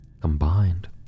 Combined